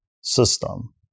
system